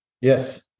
Yes